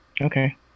okay